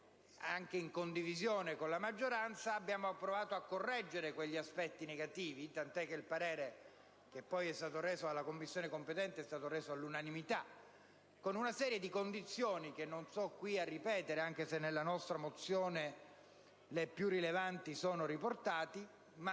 Camera, in condivisione con la maggioranza abbiamo provato a correggere quegli aspetti negativi, tant'è che il parere poi reso dalla Commissione competente è stato votato all'unanimità con una serie di condizioni che non sto qui a ripetere, anche perché le più rilevanti sono riportate